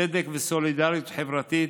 צדק וסולידריות חברתית